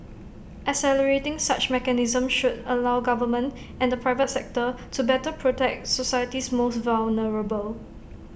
accelerating such mechanisms should allow governments and the private sector to better protect society's most vulnerable